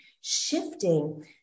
shifting